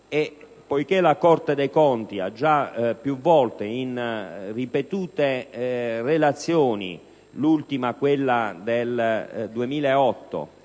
euro. La Corte dei conti ha già più volte, in ripetute relazioni (l'ultima è quella del 2008),